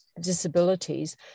disabilities